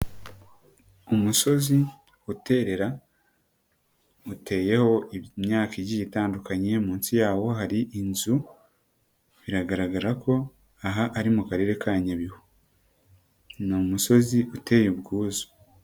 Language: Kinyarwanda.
Umusozi uterera uteyeho imyaka igiye itandukanye munsi yawo hari inzu biragaragara ko aha ari mu Karere ka Nyabihu, ni umusozi uteye ubwuzu.